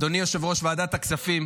אדוני יושב-ראש ועדת הכספים